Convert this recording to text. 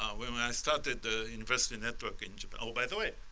ah when when i started the university network in oh, by the way.